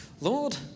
Lord